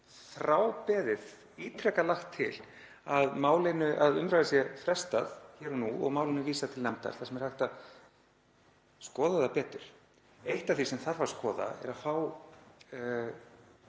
þrábeðið, ítrekað lagt til að umræðu sé frestað hér og nú og málinu vísað til nefndar þar sem hægt væri að skoða það betur. Eitt af því sem þarf að skoða er að fá